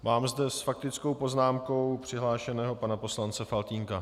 Mám zde s faktickou poznámkou přihlášeného pana poslance Faltýnka.